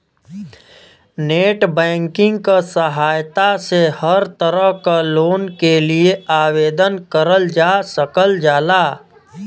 net banking क सहायता से हर तरह क लोन के लिए आवेदन करल जा सकल जाला